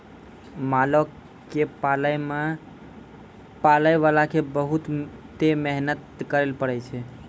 मालो क पालै मे पालैबाला क बहुते मेहनत करैले पड़ै छै